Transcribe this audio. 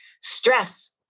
Stress